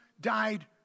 died